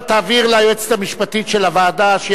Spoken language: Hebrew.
תעביר ליועצת המשפטית של הוועדה.